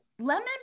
lemon